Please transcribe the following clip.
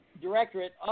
Directorate